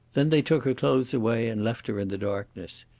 then they took her clothes away and left her in the darkness.